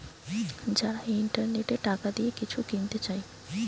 যারা ইন্টারনেটে টাকা দিয়ে কিছু কিনতে চায়